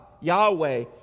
Yahweh